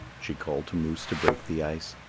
she called to moose to break the ice,